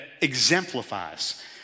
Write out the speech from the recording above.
exemplifies